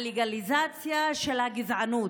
הלגליזציה של הגזענות.